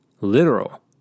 literal